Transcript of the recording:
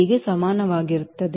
ಗೆ ಸಮಾನವಾಗಿರುತ್ತದೆ